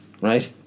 right